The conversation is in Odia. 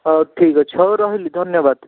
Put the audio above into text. ହଉ ଠିକ୍ ଅଛି ହଉ ରହିଲି ଧନ୍ୟବାଦ